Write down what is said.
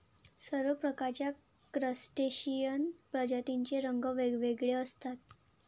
सर्व प्रकारच्या क्रस्टेशियन प्रजातींचे रंग वेगवेगळे असतात